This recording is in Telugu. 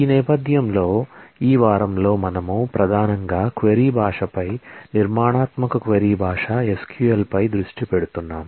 ఈ నేపథ్యంలో ఈ వారంలో మనము ప్రధానంగా క్వరీ లాంగ్వేజ్ పై నిర్మాణాత్మక క్వరీ లాంగ్వేజ్ SQL పై దృష్టి పెడుతున్నాము